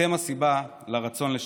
אתם הסיבה לרצון לשנות.